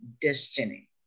destiny